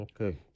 Okay